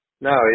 No